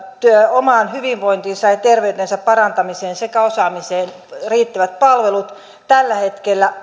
omaan hyvinvointiinsa ja terveytensä parantamiseen sekä osaamiseen riittävät palvelut tällä hetkellä